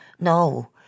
No